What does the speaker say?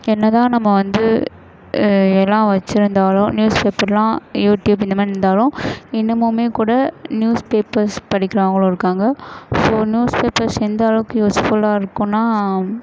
என்னதான் நம்ம வந்து எல்லாம் வச்சுருந்தாலும் நியூஸ் பேப்பரெலாம் யூடியூப் இந்த மாதிரி இருந்தாலும் இன்னுமும் கூட நியூஸ் பேப்பர்ஸ் படிக்கிறவங்களும் இருக்காங்க இப்போது நியூஸ் பேப்பர்ஸ் எந்த அளவுக்கு யூஸ்ஃபுல்லாக இருக்கும்னால்